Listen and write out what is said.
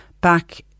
back